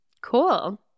Cool